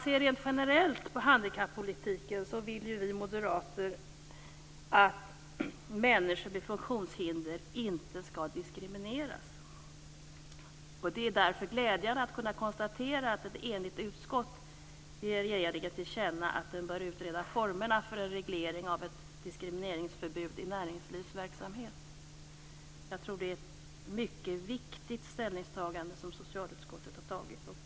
Sett till handikappolitiken rent generellt vill vi moderater att människor med funktionshinder inte skall diskrimineras. Det är därför glädjande att kunna konstatera att ett enigt utskott ger regeringen till känna att den bör utreda formerna för en reglering av ett diskrimineringsförbud i näringslivsverksamhet. Jag tror att det är ett mycket viktigt ställningstagande som vi i socialutskottet har gjort.